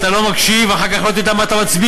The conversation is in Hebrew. אתה לא מקשיב ואחר כך לא תדע מה אתה מצביע.